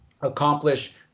accomplish